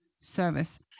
service